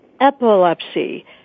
Epilepsy